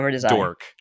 dork